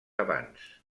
abans